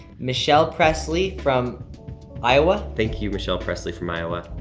michelle presley from iowa? thank you, michelle presley from iowa.